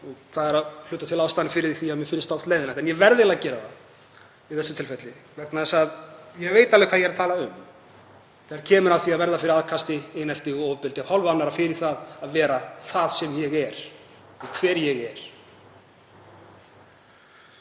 Það er að hluta til ástæðan fyrir því að mér finnst það oft leiðinlegt. En ég verð eiginlega að gera það í þessu tilfelli vegna þess að ég veit alveg hvað ég er að tala um þegar kemur að því að verða fyrir aðkasti, einelti og ofbeldi af hálfu annarra fyrir það að vera það sem ég er og sá sem ég er.